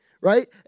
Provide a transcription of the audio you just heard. right